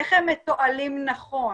איך הם מתועלים נכון?